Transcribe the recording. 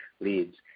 leads